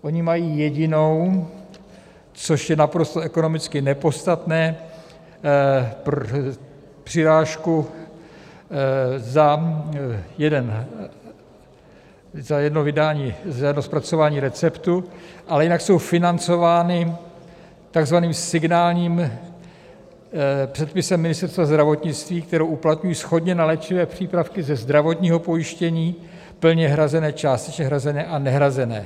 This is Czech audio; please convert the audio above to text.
Oni mají jedinou, což je naprosto ekonomicky nepodstatné, přirážku za jedno zpracování receptu, ale jinak jsou financovány takzvaným signálním předpisem Ministerstva zdravotnictví, který uplatňují shodně na léčivé přípravky ze zdravotního pojištění plně hrazené, částečně hrazené a nehrazené.